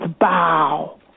bow